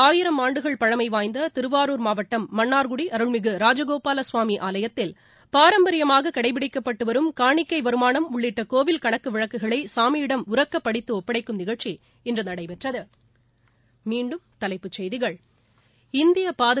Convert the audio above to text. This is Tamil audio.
ஆயிரம் ஆண்டுகள் பழமை வாய்ந்த திருவாரூர் மாவட்டம் மன்னா்குடி அருள்மிகு ராஜகோபாலசாமி ஆலயத்தில் பாரம்பரியமாக கடைபிடிக்கப்பட்டு வரும் காணிக்கை வருமானம் உள்ளிட்ட கோவில் கணக்கு வழக்குகளை சாமியிடம் உரக்க படித்து ஒப்படைக்கும் நிகழ்ச்சி இன்று நடைபெற்றது